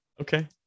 Okay